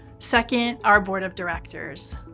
second, our board of directors.